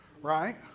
right